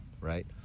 right